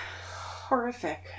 Horrific